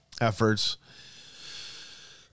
efforts